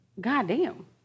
Goddamn